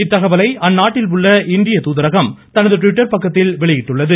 இத்தகவலை அந்நாட்டில் உள்ள இந்திய தூதரகம் தனது ட்விட்டர் பக்கத்தில் வெளியிட்டுள்ளது